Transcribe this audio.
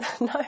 No